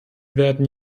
werden